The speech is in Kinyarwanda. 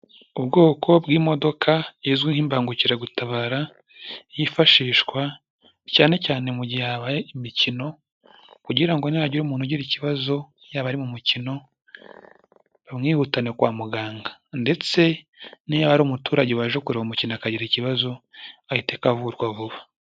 Ubwoko bw'imodoka izwi nk'imbangukiragutabara yifashishwa cyane cyane mu gihe habaye imikino kugira ngo ni hagira umuntu ugira ikibazo, yaba ari mu mukino bamwihutane kwa muganga ndetse n'iyo yaba ari umuturage waje kureba umukino akagira ikibazo ahita avurwa vuba.